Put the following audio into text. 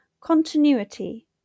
continuity